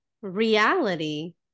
reality